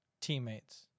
Teammates